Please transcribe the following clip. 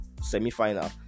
semi-final